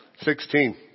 Sixteen